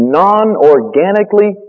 non-organically